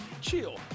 CHILL